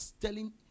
telling